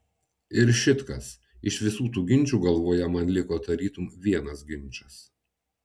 ir šit kas iš visų tų ginčų galvoje man liko tarytum vienas ginčas